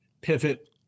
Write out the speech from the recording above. pivot